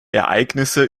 ereignisse